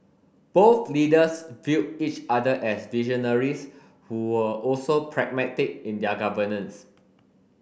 both leaders viewed each other as visionaries who were also pragmatic in their governance